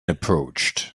approached